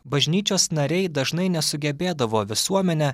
bažnyčios nariai dažnai nesugebėdavo visuomenę